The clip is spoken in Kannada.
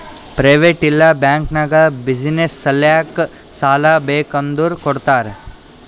ಪ್ರೈವೇಟ್ ಇಲ್ಲಾ ಬ್ಯಾಂಕ್ ನಾಗ್ ಬಿಸಿನ್ನೆಸ್ ಸಲ್ಯಾಕ್ ಸಾಲಾ ಬೇಕ್ ಅಂದುರ್ ಕೊಡ್ತಾರ್